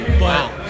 Wow